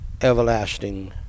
everlasting